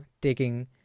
taking